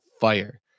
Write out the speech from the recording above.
fire